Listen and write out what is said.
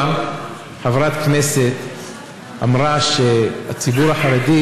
חברת כנסת אמרה שהציבור החרדי,